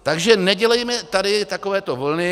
Takže nedělejme tady takovéto vlny.